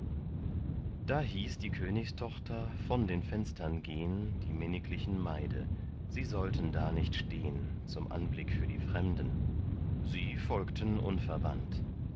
da hieß die königstochter von den fenstern gehn die minniglichen maide sie sollten da nicht stehn zum anblick für die fremden sie folgten unverwandt